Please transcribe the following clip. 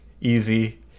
easy